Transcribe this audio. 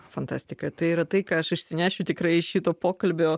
fantastika tai yra tai ką aš išsinešiu tikrai iš šito pokalbio